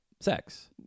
sex